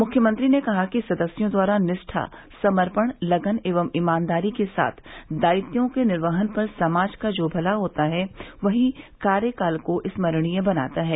मुख्यमंत्री ने कहा कि सदस्यों द्वारा निष्ठा समर्पण लगन एवं ईमानदारी के साथ दायित्वों के निवर्हन पर समाज का जो भला होता है वहीं कार्यकाल को स्मरणीय बनाता है